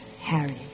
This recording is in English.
Harry